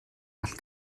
all